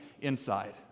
inside